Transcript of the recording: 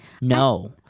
No